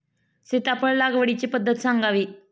सीताफळ लागवडीची पद्धत सांगावी?